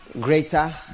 greater